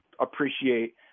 appreciate